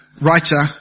writer